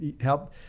help